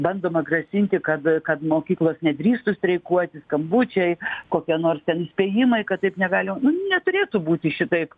bandoma grasinti kad kad mokyklos nedrįstų streikuoti skambučiai kokie nors ten įspėjimai kad taip negalima nu neturėtų būti šitaip